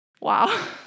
Wow